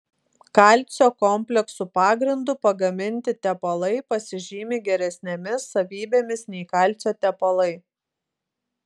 kalcio kompleksų pagrindu pagaminti tepalai pasižymi geresnėmis savybėmis nei kalcio tepalai